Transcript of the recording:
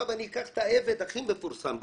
אני אקח את העבד הכי מפורסם בעולם,